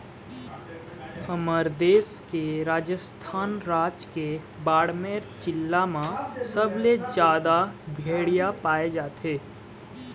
हमर देश के राजस्थान राज के बाड़मेर जिला म सबले जादा भेड़िया पाए जाथे